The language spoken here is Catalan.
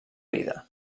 vida